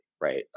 right